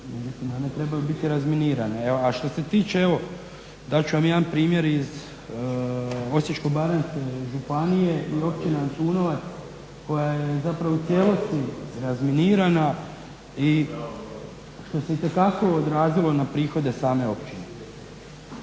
trebaju biti razminirane. A što se tiče evo dat ću vam jedan primjer iz Osječko-baranjske županije, općina Antunovac koja je zapravo u cijelosti razminirana što se itekako odrazilo na prihode same općine.